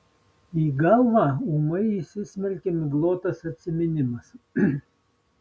į galvą ūmai įsismelkia miglotas atsiminimas